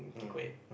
keep quiet